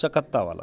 चक्कता बला